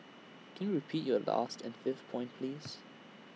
can you repeat your last and fifth point please